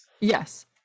Yes